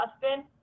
husband